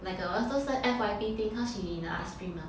那个 ask those like F_Y_P thing cause you mean ask him lah